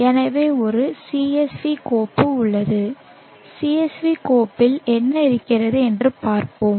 எனவே ஒரு CSV கோப்பு உள்ளது CSV கோப்பில் என்ன இருக்கிறது என்று பார்ப்போம்